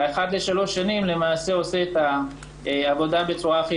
האחת לשלוש שנים למעשה עושה את העבודה בצורה הכי